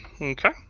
Okay